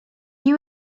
you